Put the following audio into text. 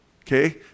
Okay